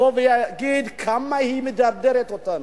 שיבוא ויגיד: כמה היא מדרדרת אותנו,